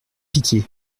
pitié